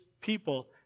people